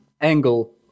angle